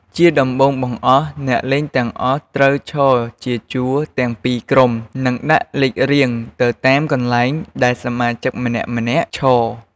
ជាដំបូងបង្អស់ អ្នកលេងទាំងអស់ត្រូវ ឈរជាជួរទាំងពីរក្រុម និងដាក់លេខរៀងទៅតាមកន្លែងដែលសមាជិកម្នាក់ៗឈរ។